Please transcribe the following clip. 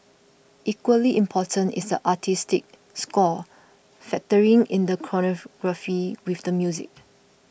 equally important is the artistic score factoring in the choreography with the music